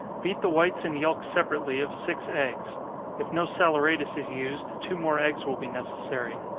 beat the whites and yelks separately of six eggs if no saleratus is used, two more eggs will be necessary.